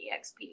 EXP